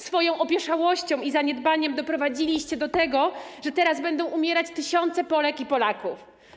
Swoją opieszałością i zaniedbaniem doprowadziliście do tego, że teraz będą umierać tysiące Polek i Polaków.